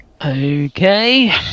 Okay